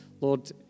Lord